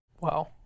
Wow